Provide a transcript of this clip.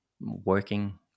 working